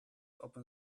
open